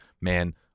man